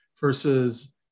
versus